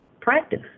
practice